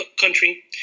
country